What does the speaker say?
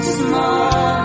small